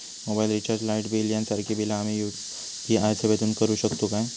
Mobile recharge, light bill यांसारखी बिला आम्ही यू.पी.आय सेवेतून करू शकतू काय?